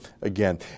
again